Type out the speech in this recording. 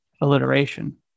alliteration